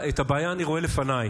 דודי, את הבעיה אני רואה לפניי.